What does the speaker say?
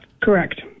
Correct